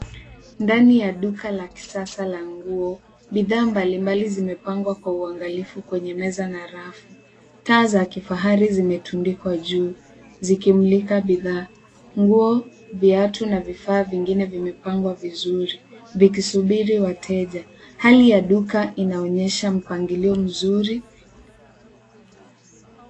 Ndani ya duka la kisasa la nguo, bidhaa mbalimbali zimepangwa kwa uangalifu kwenye meza na rafu. Taa za kifahari zimetundikwa juu zikimulika bidhaa. Nguo, viatu na vifaa vingine vimepangwa vizuri vikisubiri wateja, Hali ya duka inaonyesha mpangilio mzuri.